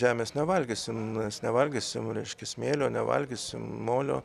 žemės nevalgysim mes nevalgysim reiškia smėlio nevalgysim molio